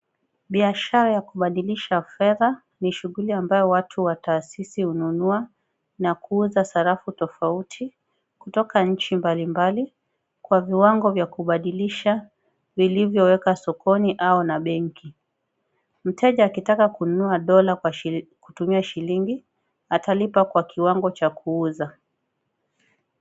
Biashara ya kubadilisha fedha ni shughuli ambayo watu wa taasisi hununua na kuuza sarafu tofauti kutoka nchi mbalimbali kwa viwango vya kubadilisha vilivyowekwa sokoni au na benki. Mteja akitaka kununua dola kutumia shilingi atalipa kwa kiwango cha kuuza.